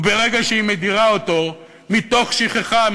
וברגע שהיא מדירה אותו מתוך שכחה,